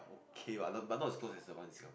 K what but not as close as the one in Sina~